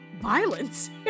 violence